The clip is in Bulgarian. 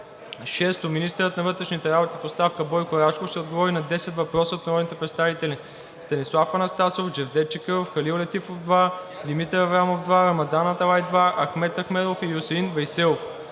6. Министърът на вътрешните работи в оставка Бойко Рашков ще отговори на 10 въпроса от народните представители Станислав Анастасов; Джевдет Чакъров; Халил Летифов – два; Димитър Аврамов – два; Рамадан Аталай – два; Ахмед Ахмедов; и Юсеин Вейселов.